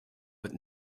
but